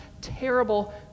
terrible